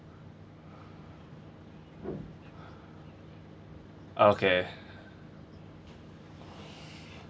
okay